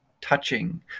touching